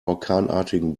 orkanartigen